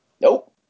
nope